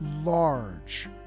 large